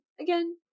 again